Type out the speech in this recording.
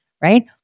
right